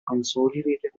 consolidated